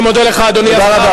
אני מודה לך, אדוני השר.